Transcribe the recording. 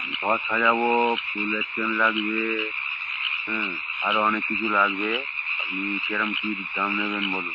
ঘর সাজাবো ফুলের চেন লাগবে হ্যাঁ আরও অনেক কিছু লাগবে আপনি কিরম কি দাম নেবেন বলুন